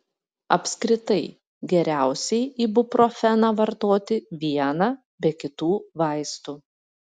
apskritai geriausiai ibuprofeną vartoti vieną be kitų vaistų